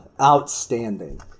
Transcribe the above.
outstanding